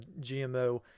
gmo